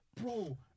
bro